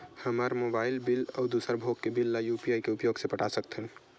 हमन mobile bill अउ दूसर भोग के बिल ला यू.पी.आई के उपयोग से पटा सकथन